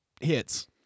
hits